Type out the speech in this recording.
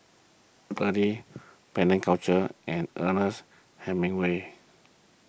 Burnie Penang Culture and Ernest Hemingway